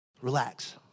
Relax